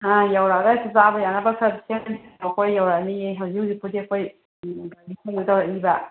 ꯑꯥ ꯌꯧꯔꯛꯑꯒꯁꯨ ꯆꯥꯕ ꯌꯥꯅꯕ ꯈꯔ ꯁꯦꯝ ꯁꯥꯔꯣꯀꯣ ꯑꯩꯈꯣꯏ ꯌꯧꯔꯛꯂꯅꯤꯌꯦ ꯍꯧꯖꯤꯛ ꯍꯧꯖꯤꯛꯄꯨꯗꯤ ꯑꯩꯈꯣꯏ ꯃꯣꯏꯔꯥꯡꯗꯒꯤ ꯊꯣꯛꯅꯕ ꯇꯧꯔꯛꯏꯕ